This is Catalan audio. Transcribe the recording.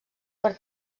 per